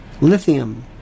Lithium